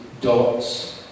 dots